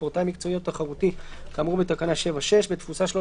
ספורטאי מקצועי או תחרותי כאמור בתקנה 7(6) בתפוסה שלא